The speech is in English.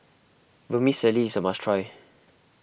Vermicelli is a must try